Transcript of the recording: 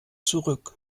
zurück